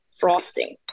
frosting